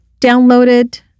downloaded